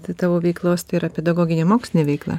tai tavo veiklos tai yra pedagoginė mokslinė veikla